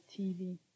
TV